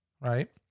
right